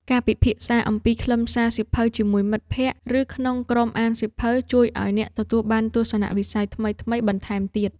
ការពិភាក្សាអំពីខ្លឹមសារសៀវភៅជាមួយមិត្តភក្ដិ ឬក្នុងក្រុមអានសៀវភៅ ជួយឱ្យអ្នកទទួលបានទស្សនវិស័យថ្មីៗបន្ថែមទៀត។